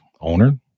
Owner